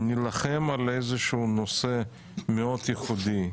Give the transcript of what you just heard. נילחם על איזשהו נושא מאוד ייחודי,